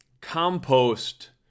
compost